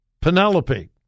Penelope